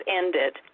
ended